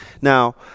Now